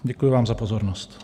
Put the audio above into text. Děkuji vám za pozornost.